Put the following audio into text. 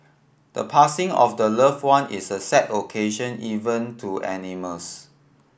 the passing of the loved one is a sad occasion even to animals